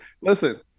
Listen